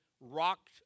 rocked